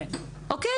אוקיי.